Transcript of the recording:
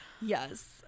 Yes